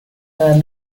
dar